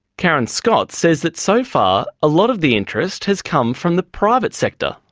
karen scott says that so far a lot of the interest has come from the private sector.